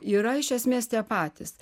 yra iš esmės tie patys